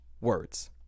words